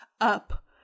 up